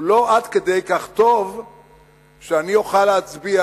הוא לא עד כדי כך טוב שאני אוכל להצביע